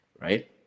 right